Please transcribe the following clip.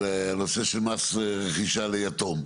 על נושא של מס רכישה ליתום.